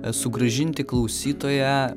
sugrąžinti klausytoją